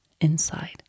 inside